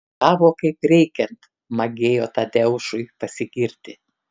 gavo kaip reikiant magėjo tadeušui pasigirti